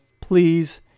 Please